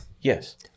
Yes